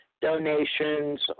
donations